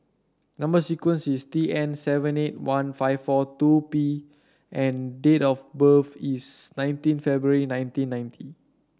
number sequence is T N seven eight one five four two B and date of birth is nineteen February nineteen ninety